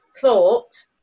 thought